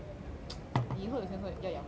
你以后有钱所以要养我